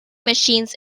machines